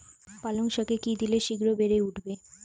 পালং শাকে কি দিলে শিঘ্র বেড়ে উঠবে?